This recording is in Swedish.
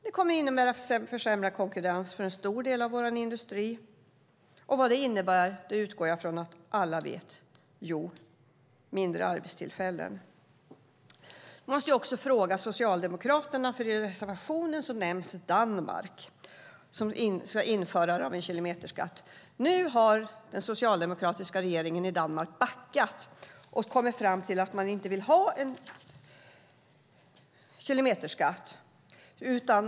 Det kommer att innebära försämrad konkurrens för en stor del av vår industri. Och vad det innebär utgår jag från att alla vet: jo, färre arbetstillfällen. Jag måste också fråga Socialdemokraterna om en sak. I reservationen nämns Danmark som införare av en kilometerskatt. Nu har den socialdemokratiska regeringen i Danmark backat och kommit fram till att man inte vill ha en kilometerskatt.